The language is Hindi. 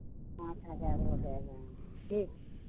पाँच हज़ार हो जाएगा ठीक